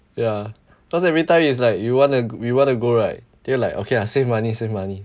ya cause everytime it's like you want to we want to go right then you like okay lah save money save money